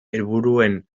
helburuen